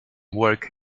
work